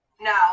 No